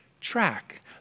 track